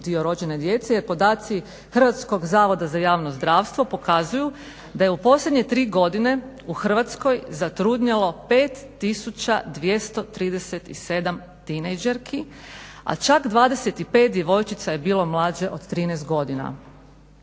dio rođene djece. Jer podaci Hrvatskog zavoda za javno zdravstvo pokazuju da je u posljednje tri godine u Hrvatskoj zatrudnjelo 5237 tineđerki a čak 25 djevojčica je bilo mlađe o 13 godina.